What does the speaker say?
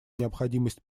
необходимость